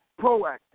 proactive